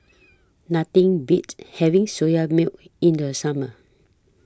Nothing Beats having Soya Milk in The Summer